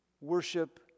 worship